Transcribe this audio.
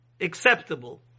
acceptable